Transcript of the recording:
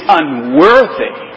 unworthy